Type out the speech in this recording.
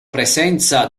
presenza